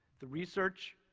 the research,